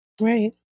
Right